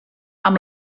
amb